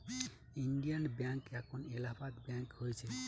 Indian bank এখন Allahabad bank হয়েছে